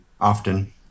often